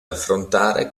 affrontare